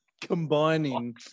combining